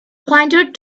pointed